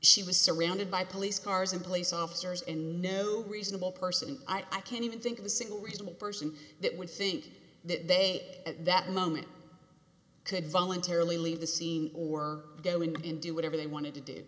she was surrounded by police cars and police officers and no reasonable person i can even think of a single reasonable person that would think that they at that moment could voluntarily leave the scene or go in and do whatever they wanted to d